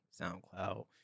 SoundCloud